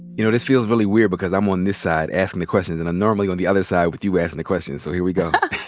you know, this feels really weird because i'm on this side asking the questions, and i'm normally on the other side with you asking the questions. so here we go.